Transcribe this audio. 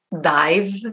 dive